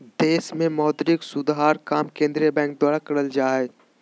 देश मे मौद्रिक सुधार काम केंद्रीय बैंक द्वारा करल जा हय